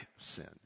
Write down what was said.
sin